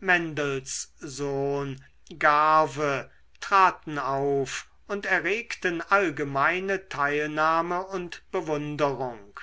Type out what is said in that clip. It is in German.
mendelssohn garve traten auf und erregten allgemeine teilnahme und bewunderung